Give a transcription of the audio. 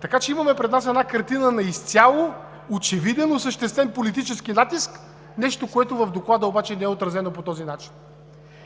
така че имаме пред нас една картина на изцяло очевиден, осъществен политически натиск – нещо, което в Доклада обаче не е отразено по този начин,